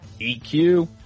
EQ